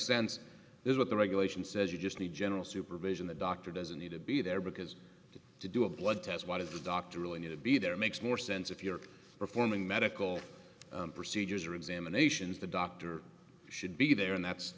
sense is what the regulation says you just need general supervision the doctor doesn't need to be there because to do a blood test why does the doctor really need to be there makes more sense if you are performing medical procedures or examinations the doctor should be there and that's